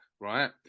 right